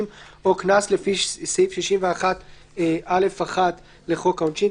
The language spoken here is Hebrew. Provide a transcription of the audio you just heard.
או קנס לפי סעיף 61(א)(1) לחוק העונשין,